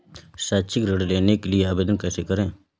शैक्षिक ऋण के लिए आवेदन कैसे करें?